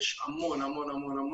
יש המון המון המון,